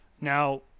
Now